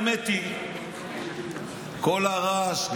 האמת היא שכל הרעש,